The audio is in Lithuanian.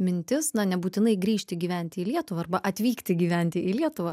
mintis na nebūtinai grįžti gyventi į lietuvą arba atvykti gyventi į lietuvą